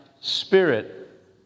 spirit